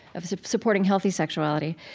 of supporting healthy sexuality.